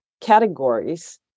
categories